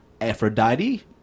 Aphrodite